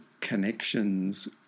connections